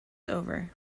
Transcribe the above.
over